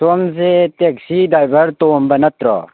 ꯁꯣꯝꯁꯦ taxi driver ꯇꯣꯝꯕ ꯅꯠꯇ꯭ꯔꯣ